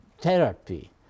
therapy